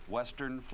Western